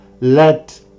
let